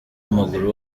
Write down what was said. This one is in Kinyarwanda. w’amaguru